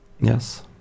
yes